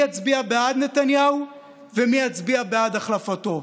יצביע בעד נתניהו ומי יצביע בעד החלפתו.